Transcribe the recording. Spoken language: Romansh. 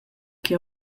che